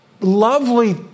lovely